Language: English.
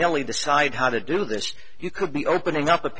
nilly decide how to do this you could be opening up a